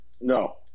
No